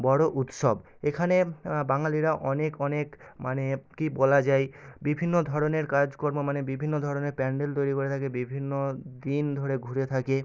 বড় উৎসব এখানে বাঙালিরা অনেক অনেক মানে কী বলা যায় বিভিন্ন ধরনের কাজকর্ম মানে বিভিন্ন ধরনের প্যাণ্ডেল তৈরি করে থাকে বিভিন্ন দিন ধরে ঘুরে থাকে